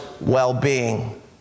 well-being